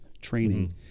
training